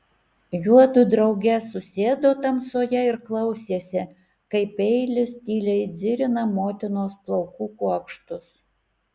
juodu drauge susėdo tamsoje ir klausėsi kaip peilis tyliai dzirina motinos plaukų kuokštus